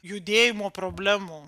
judėjimo problemų